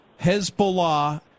Hezbollah